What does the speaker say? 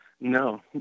No